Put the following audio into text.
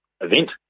event